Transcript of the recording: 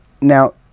Now